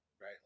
Right